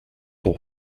son